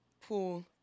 pool